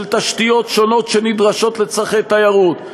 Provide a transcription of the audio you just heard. תשתיות שונות שנדרשות לצורכי תיירות,